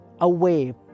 away